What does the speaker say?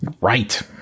Right